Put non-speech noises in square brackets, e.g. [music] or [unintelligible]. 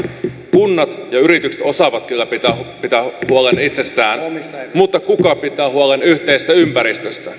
kunnat ja yritykset osaavat kyllä pitää pitää huolen itsestään mutta kuka pitää huolen yhteisestä ympäristöstä [unintelligible]